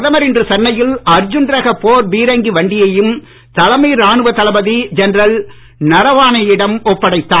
பிரதமர் இன்று சென்னையில் அர்ஜுன் ரக போர் பீரங்கி வண்டியையும் தலைமை ராணுவ தளபதி ஜெனரல் நரவானேயிடம் ஒப்படைத்தார்